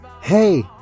hey